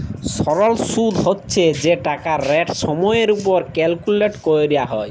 সরল সুদ্ হছে যে টাকাটর রেট সময়ের উপর ক্যালকুলেট ক্যরা হ্যয়